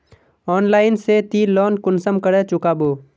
Online से ती loan कुंसम करे चुकाबो?